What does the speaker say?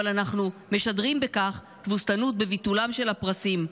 אבל אנחנו משדרים תבוסתנות בביטולם של הפרסים.